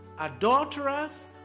adulterers